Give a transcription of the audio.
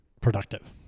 productive